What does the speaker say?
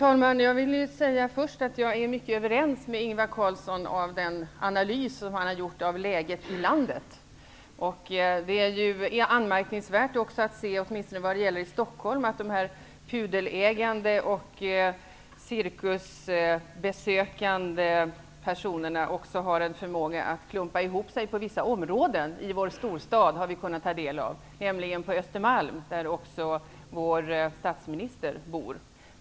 Fru talman! Jag är mycket överens med Ingvar Carlsson om den analys som han gjorde av läget i landet. Det är anmärkningsvärt att de pudelägande och cirkusbesökande människorna även har en förmåga att klumpa ihop sig i vissa områden av vår storstad, nämligen Östermalm där också vår statsminister bor.